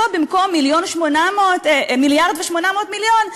פה במקום מיליארד ו-800 מיליון,